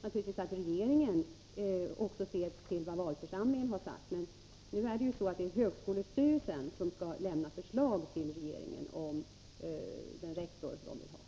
Naturligtvis ser också regeringen till vad valförsamlingen har sagt, men det är ju högskolestyrelsen som skall lägga fram förslag för regeringen om den rektor styrelsen vill ha.